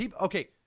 Okay